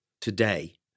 today